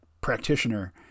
practitioner